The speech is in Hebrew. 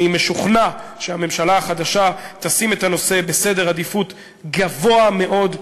אני משוכנע שהממשלה החדשה תשים את הנושא בעדיפות גבוהה מאוד,